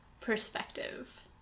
perspective